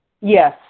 Yes